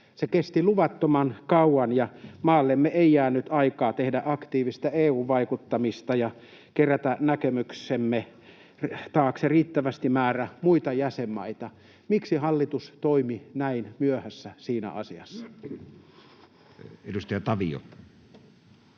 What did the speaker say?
kesti luvattoman kauan ja maallemme ei jäänyt aikaa tehdä aktiivista EU-vaikuttamista ja kerätä näkemyksemme taakse riittävää määrää muita jäsenmaita. Miksi hallitus toimi näin myöhässä siinä asiassa? [Speech 52]